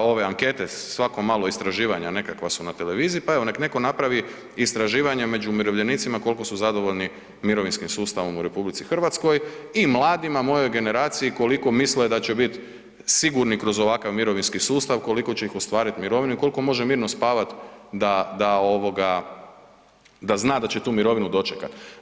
ove ankete, svako malo istraživanja nekakva su na televiziji, pa evo nek neko napravi istraživanje među umirovljenicima koliko su zadovoljni mirovinskim sustavom u RH i mladima, mojoj generaciji koliko misle da će bit sigurni kroz ovakav mirovinski sustav, koliko će ih ostvariti mirovinu i koliko može mirno spavat da zna da će tu mirovinu dočekat.